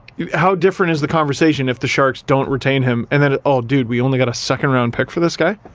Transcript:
how different is the conversation if the sharks don't retain him? and then it's all, dude, we only got a second round pick for this guy